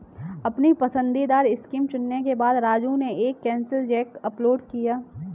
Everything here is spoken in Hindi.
अपनी पसंदीदा स्कीम चुनने के बाद राजू ने एक कैंसिल चेक अपलोड किया